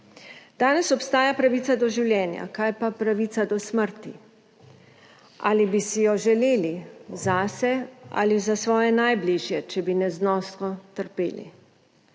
Danes obstaja pravica do življenja. Kaj pa pravica do smrti? Ali bi si jo želeli zase ali za svoje najbližje, če bi neznosno trpeli?